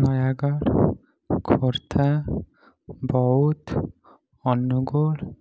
Nayagarh Khordha Boudh Angul